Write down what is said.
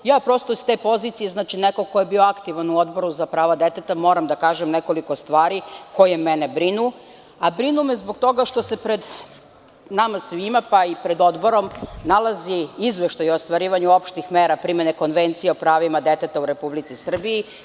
Iz pozicije nekog ko je bio aktivan u Odboru za prava deteta, moram da kažem nekoliko stvari koje mene brinu, a brinu me zbog toga što se pred nama svima, pa i pred Odborom, nalazi Izveštaj o ostvarivanju opštih mera primene konvencije o pravima deteta u Republici Srbiji.